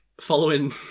following